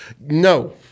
No